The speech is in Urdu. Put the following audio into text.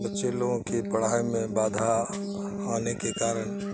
بچے لوگوں کی پڑھائی میں بادھا آنے کے کارن